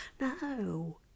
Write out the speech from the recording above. no